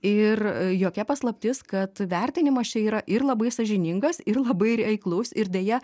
ir jokia paslaptis kad vertinimas čia yra ir labai sąžiningas ir labai reiklus ir deja